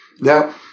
Now